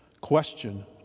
question